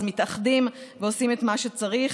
אז מתאחדים ועושים את מה שצריך.